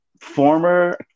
former